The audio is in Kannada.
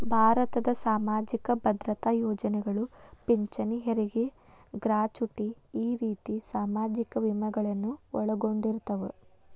ಭಾರತದ್ ಸಾಮಾಜಿಕ ಭದ್ರತಾ ಯೋಜನೆಗಳು ಪಿಂಚಣಿ ಹೆರಗಿ ಗ್ರಾಚುಟಿ ಈ ರೇತಿ ಸಾಮಾಜಿಕ ವಿಮೆಗಳನ್ನು ಒಳಗೊಂಡಿರ್ತವ